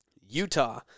Utah